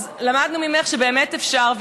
אז למדנו ממך שבאמת אפשר.